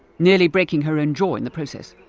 nearly breaking her own jaw in the process.